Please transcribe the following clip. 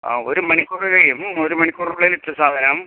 ആ ഒരു മണിക്കൂർ കഴിയും ഒരു മണിക്കൂറിനുള്ളിൽ എത്തും സാധനം